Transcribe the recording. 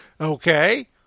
Okay